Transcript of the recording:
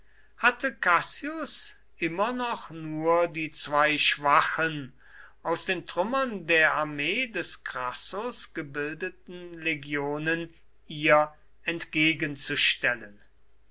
hatte cassius immer noch nur die zwei schwachen aus den trümmern der armee des crassus gebildeten legionen ihr entgegenzustellen